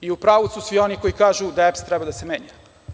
I u pravu su svi oni koji kažu da EPS treba da se menja.